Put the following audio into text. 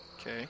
Okay